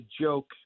joke